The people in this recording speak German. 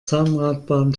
zahnradbahn